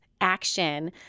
action